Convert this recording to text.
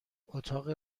اتاق